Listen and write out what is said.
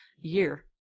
year